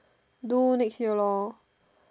do next year lor